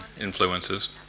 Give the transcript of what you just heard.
influences